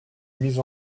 mise